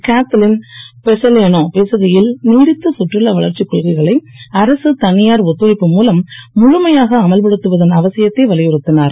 Kathleen Bessalano பேசுகையில் நீடித்த சுற்றுலா வளர்ச்சிக் கொள்கைகளை அரசு தனியார் ஒத்துழைப்பு முலம் முழமையாக அமல்படுத்துவதன் அவசியத்தை வலியுறுத்தினார்